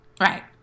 right